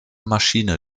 maschine